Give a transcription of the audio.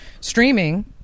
Streaming